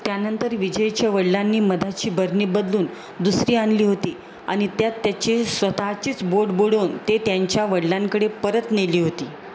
त्यानंतर विजयच्या वडिलांनी मधाची बरणी बदलून दुसरी आणली होती आणि त्यात त्याचे स्वतःचेच बोट बुडवून ते त्यांच्या वडिलांकडे परत नेली होती